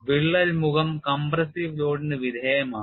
വിള്ളൽ മുഖം കംപ്രസ്സീവ് ലോഡിന് വിധേയമാണ്